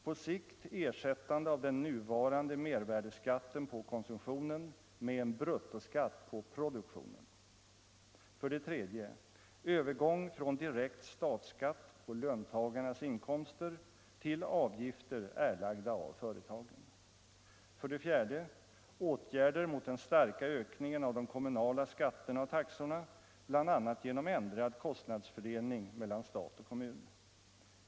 På sikt ersättande av den nuvarande mervärdeskatten på konsumtionen med en bruttoskatt på produktionen. 4. Åtgärder mot den starka ökningen av de kommunala skatterna och taxorna, bl.a. genom ändrad kostnadsfördelning mellan stat och kommun.